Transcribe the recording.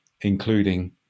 including